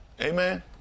Amen